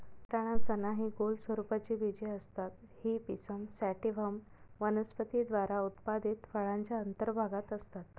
वाटाणा, चना हि गोल स्वरूपाची बीजे असतात ही पिसम सॅटिव्हम वनस्पती द्वारा उत्पादित फळाच्या अंतर्भागात असतात